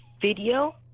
video